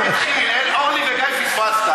"אורלי וגיא" כבר פספסת,